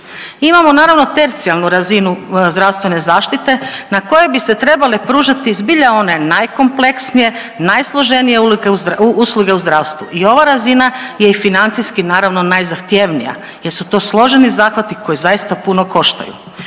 Imamo naravno, tercijalnu razinu zdravstvene zaštite na koje bi se trebale pružati zbilja one najkompleksnije, najsloženije usluge u zdravstvu i ova razina je i financijski naravno, najzahtjevnija jer su to složeni zahvati koji zaista puno koštaju.